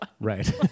right